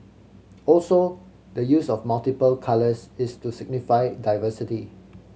also the use of multiple colours is to signify diversity